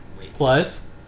Plus